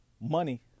money